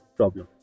problem